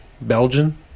Belgian